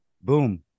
boom